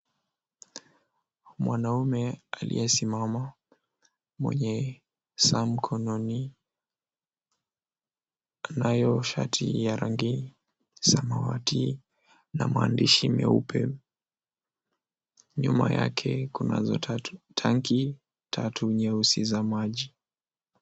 Mwanaume aliyesimama mwenye saa mkononi anayo shati ya rangi samawati na maandishi meupe. Nyuma yake kunazo tanki tatu nyeusi za maji.